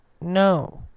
No